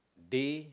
day